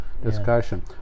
discussion